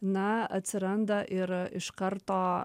na atsiranda ir iš karto